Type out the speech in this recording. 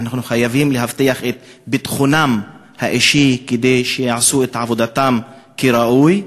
אנחנו חייבים להבטיח את ביטחונם האישי כדי שיעשו את עבודתם כראוי.